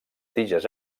tiges